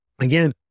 again